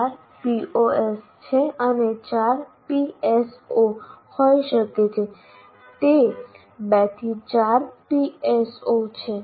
12 POs છે અને 4 PSO હોઈ શકે છે તે 2 થી 4 PSO છે